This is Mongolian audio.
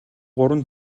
гурван